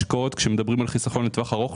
כשמדברים על חיסכון לטווח ארוך,